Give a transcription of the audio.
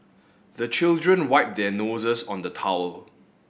the children wipe their noses on the towel